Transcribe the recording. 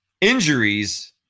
injuries